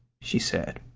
she said.